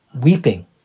weeping